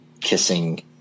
kissing